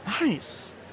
Nice